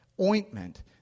ointment